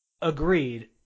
Agreed